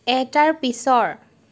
এটাৰ পিছৰ